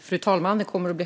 Fru talman!